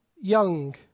young